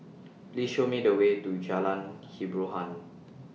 Please Show Me The Way to Jalan Hiboran